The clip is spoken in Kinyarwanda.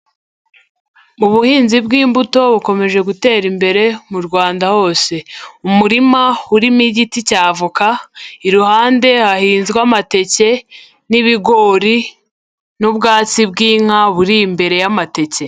Ubuhinzi bw’imbuto bukomeje gutera imbere mu Rwanda hose; umurima urimo igiti cya avoka, iruhande hahinzwe amateke n’ibigori, n’ubwatsi bw’inka buri imbere y’amateke.